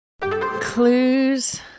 Clues